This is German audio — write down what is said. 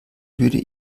würde